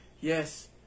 Yes